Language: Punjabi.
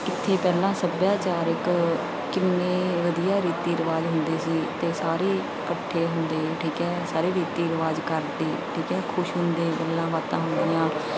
ਕਿੱਥੇ ਪਹਿਲਾਂ ਸੱਭਿਆਚਾਰਕ ਕਿੰਨੇ ਵਧੀਆ ਰੀਤੀ ਰਿਵਾਜ ਹੁੰਦੇ ਸੀ ਅਤੇ ਸਾਰੇ ਇਕੱਠੇ ਹੁੰਦੇ ਠੀਕ ਹੈ ਸਾਰੇ ਰੀਤੀ ਰਿਵਾਜ ਕਰਦੇ ਠੀਕ ਹੈ ਖੁਸ਼ ਹੁੰਦੇ ਗੱਲਾਂ ਬਾਤਾਂ ਹੁੰਦੀਆਂ